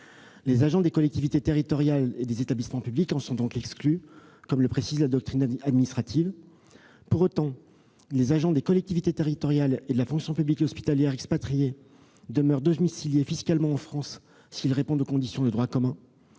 Les agents des collectivités territoriales et des établissements publics en sont donc exclus, comme le précise la doctrine administrative. Pour autant, les agents des collectivités territoriales et de la fonction publique hospitalière expatriés demeurent domiciliés fiscalement en France, s'ils répondent aux conditions de droit commun.